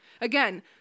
again